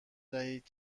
دهید